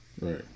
Right